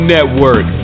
Network